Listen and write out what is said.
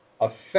affect